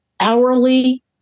hourly